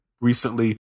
recently